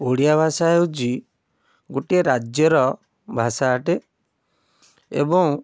ଓଡ଼ିଆ ଭାଷା ହେଉଛି ଗୋଟିଏ ରାଜ୍ୟର ଭାଷା ଅଟେ ଏବଂ